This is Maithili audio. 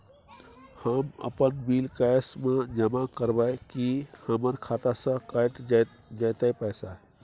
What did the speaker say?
हम अपन बिल कैश म जमा करबै की हमर खाता स कैट जेतै पैसा?